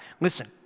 listen